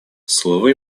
слово